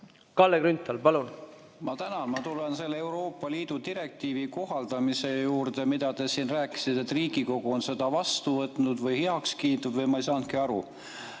Kalle Grünthal, palun! Ma tänan! Ma tulen selle Euroopa Liidu direktiivi kohaldamise juurde. Te siin rääkisite, et Riigikogu on selle vastu võtnud või heaks kiitnud või ma ei saanudki aru,